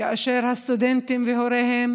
כאשר הסטודנטים והוריהם